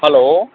hello